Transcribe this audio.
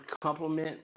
complement